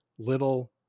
little